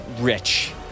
rich